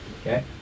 Okay